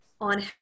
on